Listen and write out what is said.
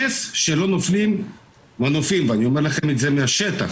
נס שלא נופלים מנופים, ואני אומר לכם את זה מהשטח.